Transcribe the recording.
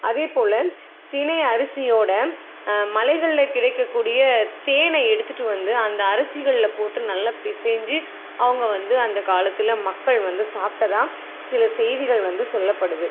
அதே போல தினை அரிசியோடய மலைகளில் கிடைக்கக்கூடிய தேனை எடுத்துட்டு வந்து அந்த அரிசிகளில் போட்டு நல்லா பிசைஞ்சி அவங்க வந்து அந்த காலத்தில் மக்கள் வந்து சாப்பிட்டதா சில செய்திகள் வந்து சொல்லப்படுது